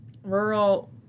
rural